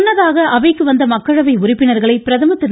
முன்னதாக அவைக்கு வந்த மக்களவை உறுப்பினர்களை பிரதமர் திரு